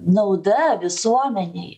nauda visuomenei